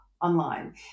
online